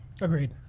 Agreed